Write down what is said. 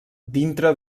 dintre